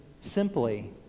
simply